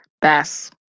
Bass